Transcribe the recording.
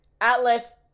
Atlas